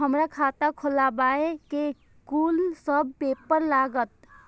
हमरा खाता खोलाबई में कुन सब पेपर लागत?